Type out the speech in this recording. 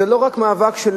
זה לא רק מאבק של